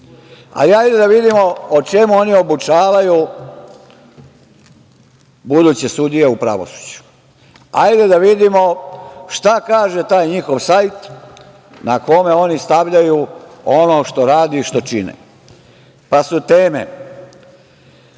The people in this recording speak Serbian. hajde da vidimo o šta oni obučavaju buduće sudije u pravosuđu. Hajde da vidimo šta kaže taj njihov sajt na kome oni stavljaju ono što rade i što čine, pa su teme: